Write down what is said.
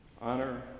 Honor